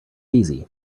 easy